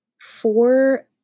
four